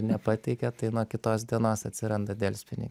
nepateikia tai nuo kitos dienos atsiranda delspini